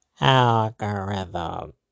algorithm